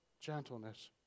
gentleness